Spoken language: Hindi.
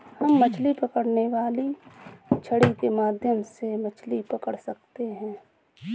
हम मछली पकड़ने वाली छड़ी के माध्यम से मछली पकड़ सकते हैं